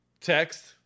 text